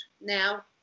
now